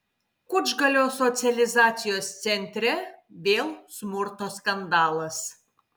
kučgalio socializacijos centre vėl smurto skandalas